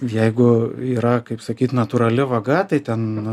jeigu yra kaip sakyt natūrali vaga tai ten